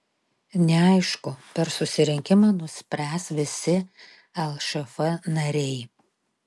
neaišku per susirinkimą nuspręs visi lšf nariai